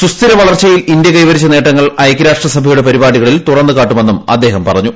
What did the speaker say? സുസ്ഥിര വളർച്ചയിൽ ഇന്ത്യ കൈവരിച്ച് ്നേ്ട്ടങ്ങൾ ഐക്യരാഷ്ട്രസഭയുടെ പരിപാടികളിൽ തുറന്ന് കാട്ടുമെന്നും ആദ്ദേഷം പറഞ്ഞു